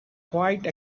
quite